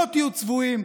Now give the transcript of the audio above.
לא תהיו צבועים,